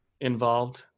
involved